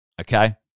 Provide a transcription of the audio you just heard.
okay